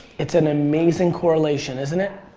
it's an amazing correlation, isn't it?